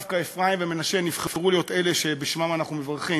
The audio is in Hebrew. שדווקא אפרים ומנשה נבחרו להיות אלה שבשמם אנחנו מברכים.